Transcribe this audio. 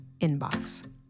inbox